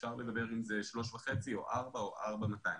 אפשר לדבר אם זה 3,500 או 4,000 או 4,200,